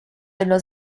dello